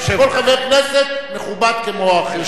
כל חבר כנסת מכובד כמו האחר.